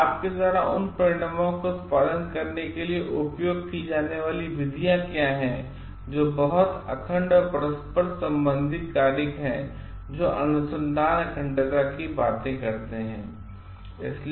तो आपके द्वारा उन परिणामों का उत्पादन करने के लिए उपयोग की जाने वाली विधियां क्या हैं जो बहुत अखंड और परस्पर संबंधित कारक हैं और जो अनुसंधान अखंडता की बात करते हैं